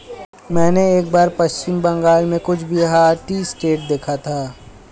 मैंने एक बार पश्चिम बंगाल में कूच बिहार टी एस्टेट देखा था